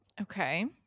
Okay